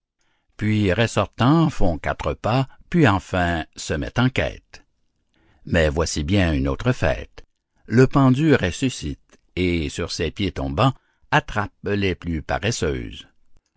puis ressortant font quatre pas puis enfin se mettent en quête mais voici bien une autre fête le pendu ressuscite et sur ses pieds tombant attrape les plus paresseuses